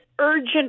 urgent